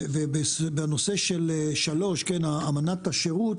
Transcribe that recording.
ובנושא של 3, אמנת השירות,